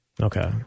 Okay